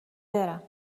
برم